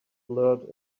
blurred